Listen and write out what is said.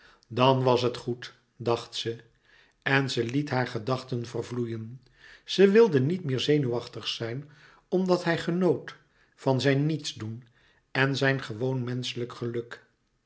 dan was het goed dacht ze en ze liet haar gedachten vervloeien ze wilde niet meer zenuwachtig zijn omdat hij genoot van zijn niets doen en zijn gewoonmenschelijk geluk